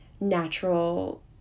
natural